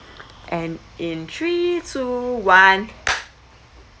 and in three two one